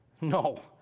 No